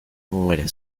muere